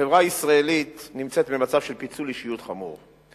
החברה הישראלית נמצאת במצב של פיצול אישיות חמור.